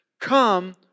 come